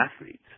athletes